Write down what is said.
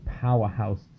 Powerhouse